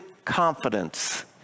confidence